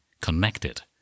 connected